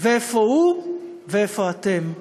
ואיפה הוא ואיפה אתם,